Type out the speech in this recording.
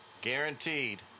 guaranteed